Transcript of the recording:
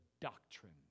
doctrine